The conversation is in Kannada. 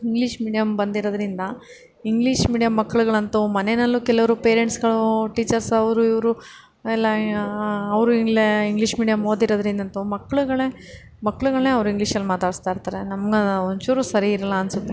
ಇಂಗ್ಲಿಷ್ ಮೀಡಿಯಂ ಬಂದಿರೋದರಿಂದ ಇಂಗ್ಲಿಷ್ ಮೀಡಿಯಂ ಮಕ್ಕಳುಗಳಂತು ಮನೆಯಲ್ಲೂ ಕೆಲವರು ಪೆರೆಂಟ್ಸ್ಗಳು ಟೀಚರ್ಸ್ ಅವರು ಇವರು ಎಲ್ಲ ಅವರು ಎಲ್ಲ ಇಂಗ್ಲಿಷ್ ಮೀಡಿಯಂ ಓದಿರೋದರಿಂದಂತೂ ಮಕ್ಕಳುಗಳೆ ಮಕ್ಕಳುಗಳೆ ಅವ್ರು ಇಂಗ್ಲಿಷಲ್ಲಿ ಮಾತಾಡಿಸ್ತಾಯಿರ್ತಾರೆ ನಮ್ಮನ್ನ ಒಂಚೂರು ಸರಿ ಇರಲ್ಲ ಅನ್ನಿಸುತ್ತೆ